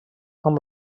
amb